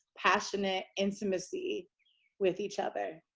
passionate intimacy with each other.